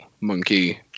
monkey